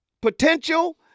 Potential